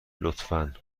لطفا